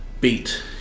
beat